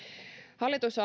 hallitus